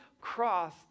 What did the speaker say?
cross